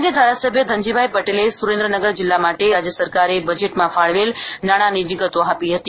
આ પ્રસંગે ધારાસભ્ય ધનજીભાઈ પટેલે સુરેન્દ્રનગર જિલ્લા માટે રાજ્ય સરકારે બજેટમાં ફાળવેલ નાણાની વિગતો આપી હતી